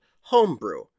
homebrew